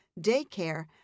daycare